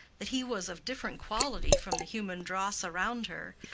that he was of different quality from the human dross around her,